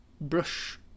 brush